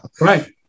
Right